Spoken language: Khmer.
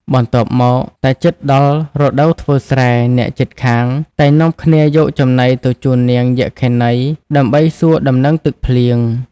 បន្ទាប់មក តែជិតដល់រដូវធ្វើស្រែ អ្នកជិតខាង តែងនាំគ្នាយកចំណីទៅជូននាង យក្ខិនី ដើម្បីសួរដំណឹងទឹកភ្លៀង។